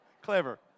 clever